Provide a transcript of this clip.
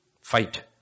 Fight